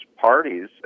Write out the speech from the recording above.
parties